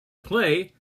play